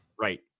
Right